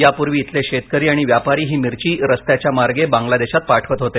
यापूर्वी इथले शेतकरी आणि व्यापारी ही मिरची रस्त्याच्या मार्गे बांगलादेशात पाठवत होते